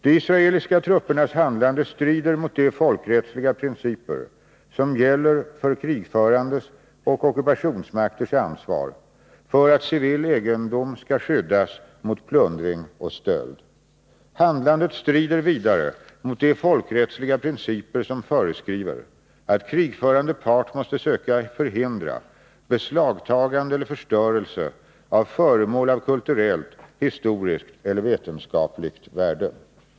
De israeliska truppernas handlande strider mot de folkrättsliga principer som gäller för krigförandes och ockupationsmakters ansvar för att civil mot de folkrättsliga principer som föreskriver att krigförande part måste söka — Torsdagen den förhindra beslagtagande eller förstörelse av föremål av kulturellt, historiskt 11 november 1982 eller vetenskapligt värde.